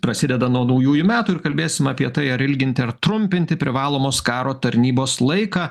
prasideda nuo naujųjų metų ir kalbėsim apie tai ar ilginti ar trumpinti privalomos karo tarnybos laiką